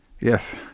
Yes